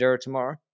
tomorrow